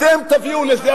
אתם תביאו לזה,